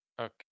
Okay